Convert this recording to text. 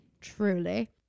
Truly